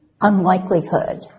unlikelihood